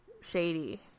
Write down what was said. shady